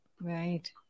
Right